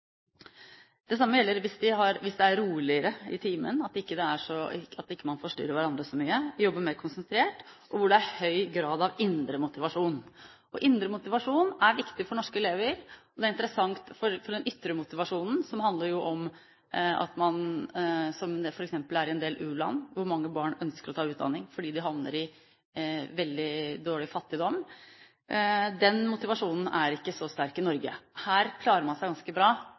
Det samme gjelder hvis det er roligere i timen, hvis man ikke forstyrrer hverandre så mye og jobber mer konsentrert, og hvis det er høy grad av indre motivasjon. Indre motivasjon er viktig for norske elever. Det er interessant, for den ytre motivasjonen – som man f.eks. har i en del u-land, hvor mange barn ønsker å ta utdanning fordi de ellers havner i veldig fattigdom – er ikke så sterk i Norge. Her klarer man seg ganske bra,